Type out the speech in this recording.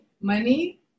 money